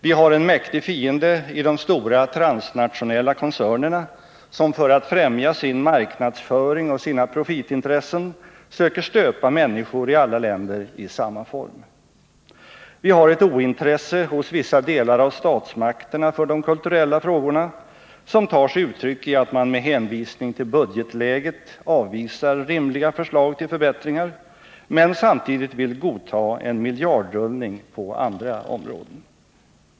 Vi har en mäktig fiende i de stora transnationella koncernerna, som för att främja sin marknadsföring och sina profitintressen söker stöpa människor i alla länder i samma form. Vi har ett ointresse hos vissa delar av statsmakterna för de kulturella frågorna, som tar sig uttryck i att man med hänvisning till budgetläget avvisar rimliga förslag till förbättringar samtidigt som man vill godta en miljardrullning på andra områden.